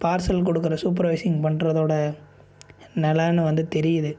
parcel கொடுக்குற supervising பண்ணுறதோட நிலன்னு வந்து தெரியுது